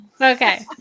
Okay